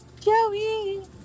Joey